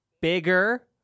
bigger